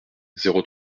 zéro